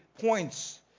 points